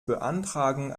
beantragung